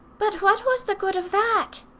but what was the good of that?